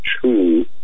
true